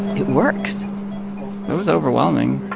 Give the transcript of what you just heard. it works it was overwhelming